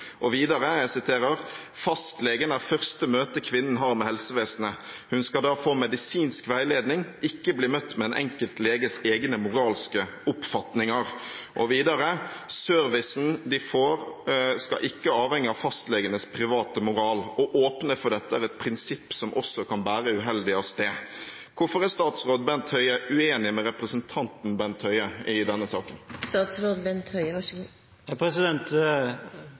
Videre: «Fastlegen er første møte kvinnen har med helsevesenet. Hun skal da få medisinsk veiledning, ikke bli møtt med en enkelt leges egne moralske oppfatninger.» Og videre: Servicen de får, skal ikke «avhenge av fastlegenes private moral. Å åpne for dette er et prinsipp som også kan bære uheldig av sted.» Hvorfor er statsråd Bent Høie uenig med representanten Bent Høie i denne saken? Statsråd Bent Høie